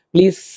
Please